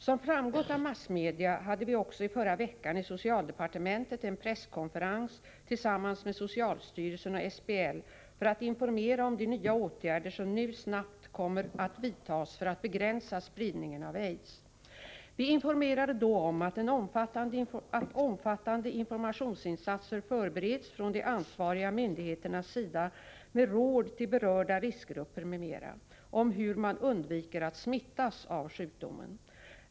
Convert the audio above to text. Som framgått av massmedia hade vi också i förra veckan i socialdepartementet en presskonferens tillsammans med socialstyrelsen och SBL för att informera om de nya åtgärder som nu snabbt kommer att vidtas för att begränsa spridningen av AIDS. Vi informerade då om att omfattande informationsinsatser förbereds från de ansvariga myndigheternas sida med råd till berörda riskgrupper m.m. om hur man undviker att smittas av sjukdomen.